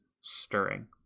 stirring